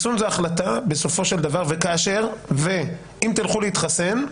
אם תלכו להתחסן,